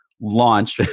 launch